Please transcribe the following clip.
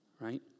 right